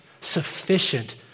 sufficient